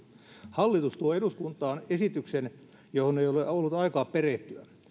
hallitus tuo eduskuntaan esityksen johon ei ole ollut aikaa perehtyä